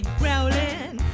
growling